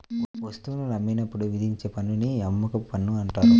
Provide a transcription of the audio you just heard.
వస్తువులను అమ్మినప్పుడు విధించే పన్నుని అమ్మకపు పన్ను అంటారు